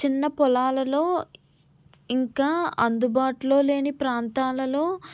చిన్న పొలాలలో ఇంకా అందుబాటులో లేని ప్రాంతాలలో